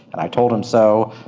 and i told him so,